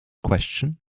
question